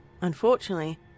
Unfortunately